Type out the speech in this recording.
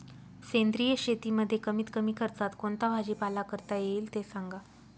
सेंद्रिय शेतीमध्ये कमीत कमी खर्चात कोणता भाजीपाला करता येईल ते सांगा